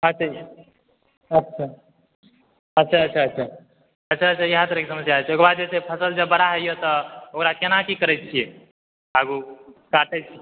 अच्छा अच्छा अच्छा याद रहय एकर बाद फसल जब बड़ा होइय तऽ ओकरा केना की करै छियै आगूँ काटै छियै